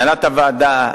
הנהלת הוועדה,